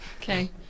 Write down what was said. Okay